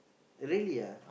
really ah